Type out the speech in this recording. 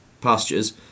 pastures